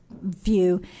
view